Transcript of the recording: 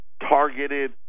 targeted